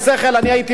אני הייתי מתנצל,